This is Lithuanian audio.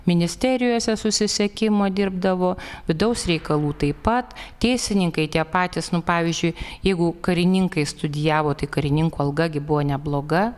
ministerijose susisiekimo dirbdavo vidaus reikalų taip pat teisininkai tie patys nu pavyzdžiui jeigu karininkai studijavo tai karininkų alga gi buvo nebloga